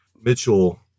Mitchell